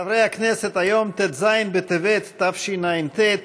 חברי הכנסת, היום ט"ז בטבת התשע"ט,